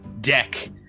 deck